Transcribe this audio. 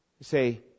Say